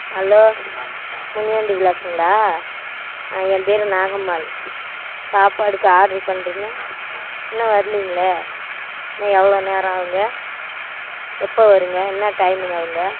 hello Muniyandi விலாஸுங்களா ஆ என் பேரு நாகம்மாள் சாப்பாட்டுக்கு ஆட்ரு பண்ணிட்ருந்தேன் இன்னும் வரலிங்களே இன்னும் எவ்வளோ நேரம் ஆகும்ங்க எப்போ வரும்ங்க என்ன டைமுங்க அவங்க